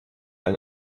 ein